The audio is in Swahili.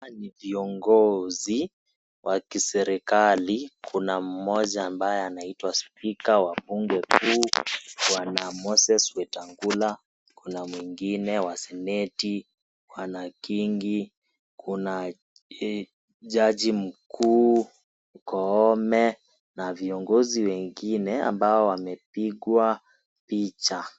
Hawa ni viongozi wa kiserikali kuna mmoja ambaye anaitwa spika wa bunge kuu bwana Moses Wetangula kuna mwingine wa seneti bwana Kingi kuna jaji mkuu Koome na viongozi wengine ambao wamepigwa picha.